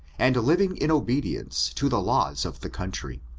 and living in obedience to the laws of the country.